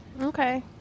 Okay